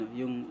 yung